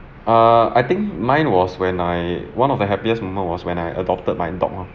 err I think mine was when I one of the happiest moment was when I adopted my dog loh